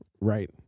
Right